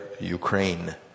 Ukraine